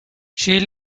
she